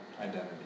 identity